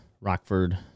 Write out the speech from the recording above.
Rockford